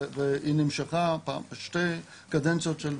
והיא נמשכה בשתי קדנציות.